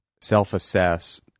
self-assess